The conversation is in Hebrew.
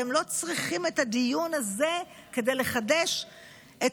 אתם לא צריכים את הדיון הזה כדי לחדש את